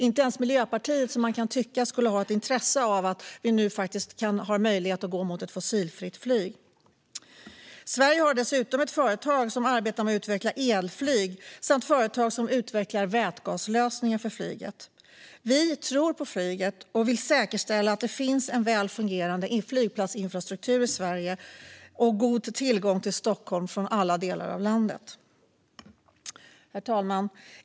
Inte ens Miljöpartiet, som man kan tycka skulle ha ett intresse av att vi nu faktiskt har möjlighet att gå mot ett fossilfritt flyg, var där. Sverige har dessutom ett företag som arbetar med att utveckla elflyg samt företag som utvecklar vätgaslösningar för flyget. Vi tror på flyget och vill säkerställa att det finns en väl fungerande flygplatsinfrastruktur i Sverige, liksom god tillgång till Stockholm från alla delar av landet. Herr talman!